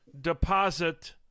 deposit